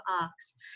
arcs